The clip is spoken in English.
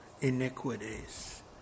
iniquities